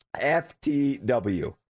FTW